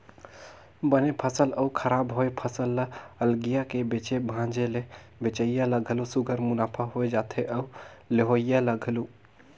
बने फसल अउ खराब होए फसल ल अलगिया के बेचे भांजे ले बेंचइया ल घलो सुग्घर मुनाफा होए जाथे अउ लेहोइया ल घलो